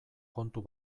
kontu